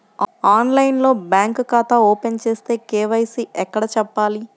ఆన్లైన్లో బ్యాంకు ఖాతా ఓపెన్ చేస్తే, కే.వై.సి ఎక్కడ చెప్పాలి?